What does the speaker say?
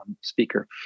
speaker